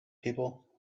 people